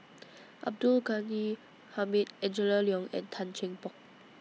Abdul Ghani Hamid Angela Liong and Tan Cheng Bock